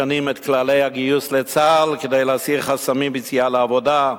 משנים את כללי הגיוס לצה"ל כדי להסיר חסמים ביציאה לעבודה,